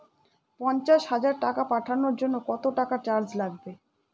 পণ্চাশ হাজার টাকা পাঠানোর জন্য কত টাকা চার্জ লাগবে?